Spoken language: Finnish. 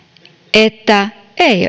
että